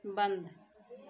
बन्द